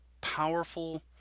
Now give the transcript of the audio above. powerful